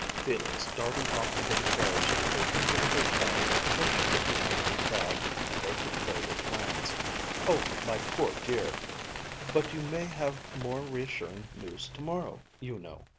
felix darting off to get carriage to take them to the hotel where she could be out of the crowd and they could lay their plans oh, my poor dear but you may have more reassuring news tomorrow, you know,